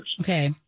Okay